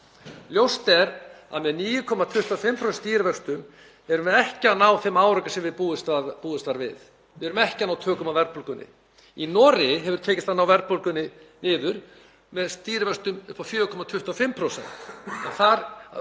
Ljóst er að með 9,25% stýrivöxtum erum við ekki að ná þeim árangri sem búist var við. Við erum ekki að ná tökum á verðbólgunni. Í Noregi hefur tekist að ná verðbólgunni niður með stýrivöxtum upp á 4,25%.